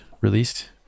released